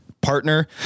Partner